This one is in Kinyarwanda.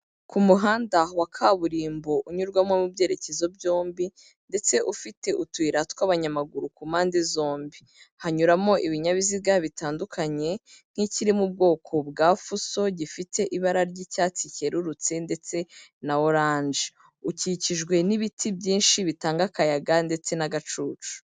Ku muhanda wa kaburimbo unyurwamo mu byerekezo byombi ndetse ufite utuyira tw'abanyamaguru ku mpande zombi. Hanyuramo ibinyabiziga bitandukanye nk'ikiri mu bwoko bwa fuso, gifite ibara ry'icyatsi cyerurutse ndetse na oranje. Ukikijwe n'ibiti byinshi bitanga akayaga ndetse n'agacucu.